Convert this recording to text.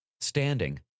Standing